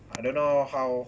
I don't know how